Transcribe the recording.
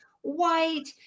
white